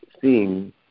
seeing